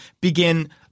begin